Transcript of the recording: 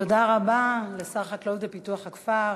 תודה רבה לשר החקלאות ופיתוח הכפר